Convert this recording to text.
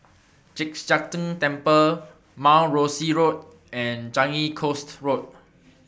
Chek Sian Tng Temple Mount Rosie Road and Changi Coast Road